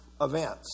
events